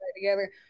together